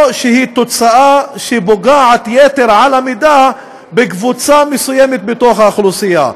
או שהיא תוצאה שפוגעת יתר על המידה בקבוצה מסוימת באוכלוסייה?